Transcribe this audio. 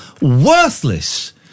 worthless